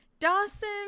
Dawson